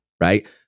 right